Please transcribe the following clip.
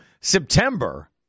September